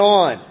on